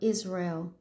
Israel